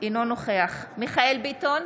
אינו נוכח מיכאל מרדכי ביטון,